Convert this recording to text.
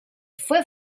fue